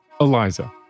Eliza